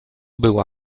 była